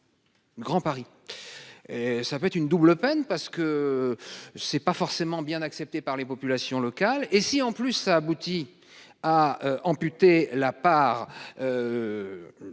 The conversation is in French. Grand Paris. Ça fait une double peine parce que. C'est pas forcément bien accepté par les populations locales et si en plus ça aboutit à amputer la part.